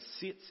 sits